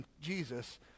Jesus